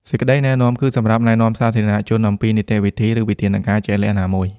សេចក្តីណែនាំគឺ សម្រាប់ណែនាំសាធារណជនអំពីនីតិវិធី ឬវិធានការជាក់លាក់ណាមួយ។